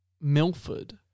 Milford